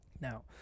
Now